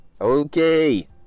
Okay